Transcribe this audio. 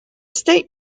state